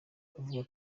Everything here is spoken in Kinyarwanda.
avuga